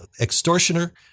extortioner